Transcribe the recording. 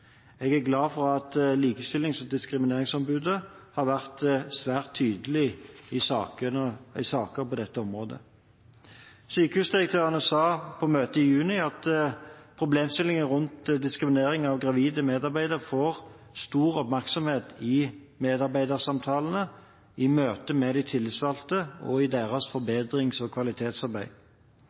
Jeg er glad for at Likestillings- og diskrimineringsombudet har vært svært tydelig i saker på dette området. Sykehusdirektørene sa på møtet i juni at problemstillinger rundt diskriminering av gravide medarbeidere får stor oppmerksomhet i medarbeidersamtalene, i møte med de tillitsvalgte og i deres forbedrings- og kvalitetsarbeid.